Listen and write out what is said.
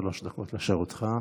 שלוש דקות לרשותך.